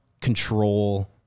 control